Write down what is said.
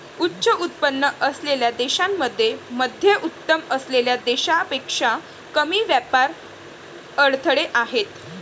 उच्च उत्पन्न असलेल्या देशांमध्ये मध्यमउत्पन्न असलेल्या देशांपेक्षा कमी व्यापार अडथळे आहेत